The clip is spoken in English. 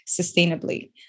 sustainably